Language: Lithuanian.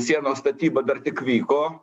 sienos statyba dar tik vyko